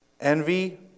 Envy